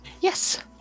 Yes